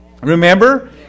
Remember